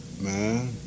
man